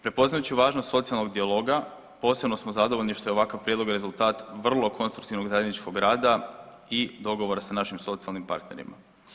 Prepoznajući važnost socijalnog dijaloga, posebno smo zadovoljni što je ovakav prijedlog rezultat vrlo konstruktivnog zajedničkog rada i dogovora sa našim socijalnim partnerima.